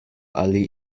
ali